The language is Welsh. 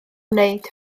wneud